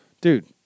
dude